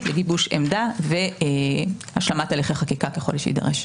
לגיבוש עמדה והשלמת הליכי חקיקה ככל שיידרש.